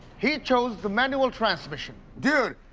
he chose the manual transmission. dude,